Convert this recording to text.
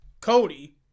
Cody